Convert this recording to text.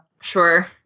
sure